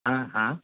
हां हां